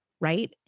Right